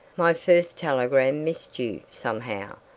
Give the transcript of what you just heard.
my first telegram missed you somehow.